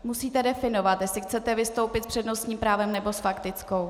Musíte definovat, jestli chcete vystoupit s přednostním právem, nebo s faktickou.